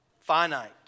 finite